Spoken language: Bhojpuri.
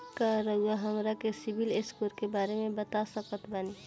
का रउआ हमरा के सिबिल स्कोर के बारे में बता सकत बानी?